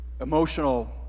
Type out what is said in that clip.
emotional